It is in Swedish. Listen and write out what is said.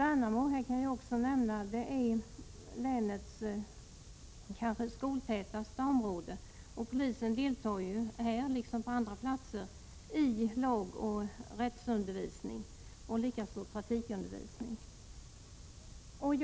Jag kan också nämna att Värnamo är länets kanske skoltätaste område, och polisen deltar ju här liksom på andra platser i undervisningen om lag och rätt liksom med trafikundervisning.